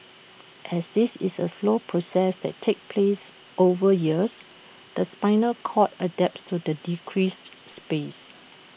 as this is A slow process that takes place over years the spinal cord adapts to the decreased space